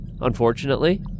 unfortunately